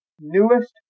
newest